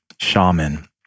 shaman